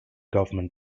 government